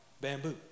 bamboo